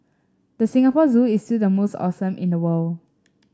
the Singapore Zoo is still the most awesome in the world